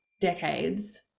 decades